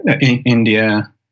India